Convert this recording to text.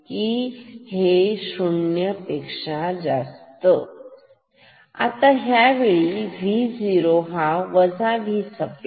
0 शून्य पेक्षा जास्त आता ह्या वेळी Vo Vसप्लाय